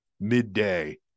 midday